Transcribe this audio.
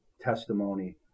testimony